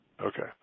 Okay